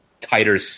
tighter